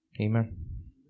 Amen